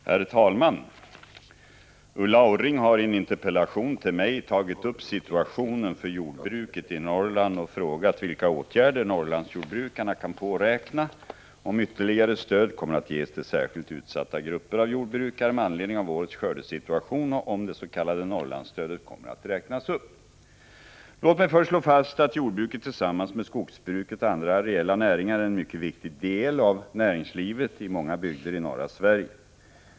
Herr talman! Ulla Orring har i en interpellation till mig tagit upp situationen för jordbruket i Norrland och frågat vilka åtgärder Norrlandsjordbrukarna kan påräkna, om ytterligare stöd kommer att ges till särskilt utsatta grupper av jordbrukare med anledning av årets skördesituation och om det s.k. Norrlandsstödet kommer att räknas upp. Låt mig först slå fast att jordbruket tillsammans med skogsbruket och andra areella näringar är en mycket viktig del av näringslivet i många bygder i norra Sverige.